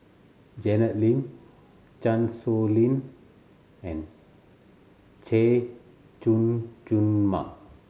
Janet Lim Chan Sow Lin and Chay Jung Jun Mark